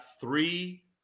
three